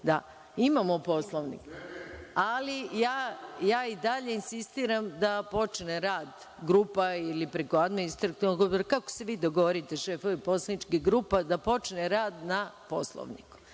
Poslovnik, ali ja i dalje insistiram da počne rad grupa ili preko Administrativnog odbora, kako se vi dogovorite šefovi poslaničkih grupa da počne rad na Poslovniku,